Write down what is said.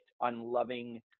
unloving